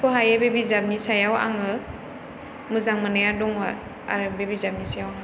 सुख'हायै बे बिजाबनि सायाव आङो मोजां मोननाया दङ आरो बि बिजाबनि सायाव